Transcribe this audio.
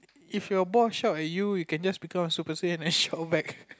if your boss shout at you can just become a super Saiyan and shout back